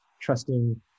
trusting